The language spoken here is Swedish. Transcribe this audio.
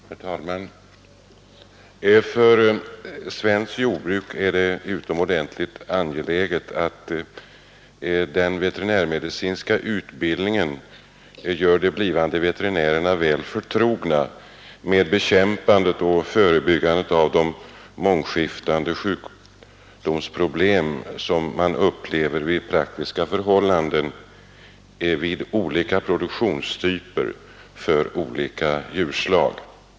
Herr talman! För svenskt jordbruk är det utomordentligt angeläget att den veterinärmedicinska utbildningen gör de blivande veterinärerna väl förtrogna med bekämpandet och förebyggandet av de mångskiftande sjukdomar som de får uppleva i praktiken vid olika produktionstyper och olika djurbesättningar.